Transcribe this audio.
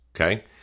Okay